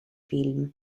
film